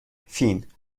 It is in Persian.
فین